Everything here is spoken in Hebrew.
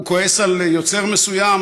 הוא כועס על יוצר מסוים?